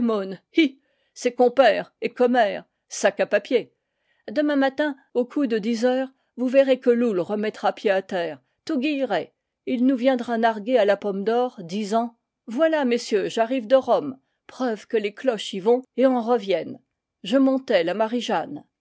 hi c'est compère et commère sac à papier demain matin au coup de dix heures vous verrez que loull remettra pied à terre tout guilleret et il nous viendra narguer à la pomme d'or disant voilà messieurs j'arrive de rome preuve que les cloches y vont et en reviennent je montais la